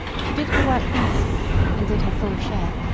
she did her work honestly, and did her full share,